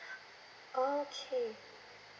okay